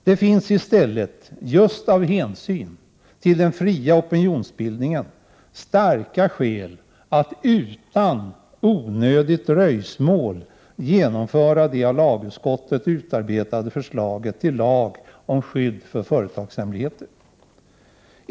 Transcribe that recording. Det finns i stället, just av hänsyn till den fria opinionsbildningen, starka skäl att utan onödigt dröjsmål införa den av lagutskottet utarbetade lagen om skydd för företagshemligheter.